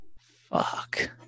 Fuck